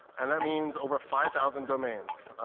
and that means over five thousand domains,